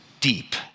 deep